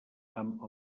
amb